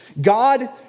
God